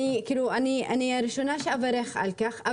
כאילו אני הראשונה שאברך על כך,